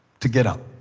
to get up.